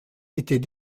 était